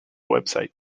website